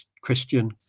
Christian